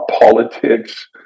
politics